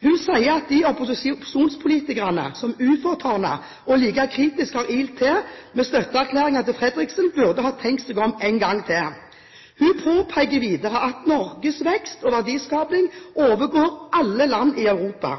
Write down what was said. Hun sier at de opposisjonspolitikerne som ufortrødent og lite kritisk har ilt til med støtteerklæringer til Fredriksen, burde ha tenkt seg om en gang til. Hun påpeker videre at Norges vekst og verdiskaping overgår alle land i Europa,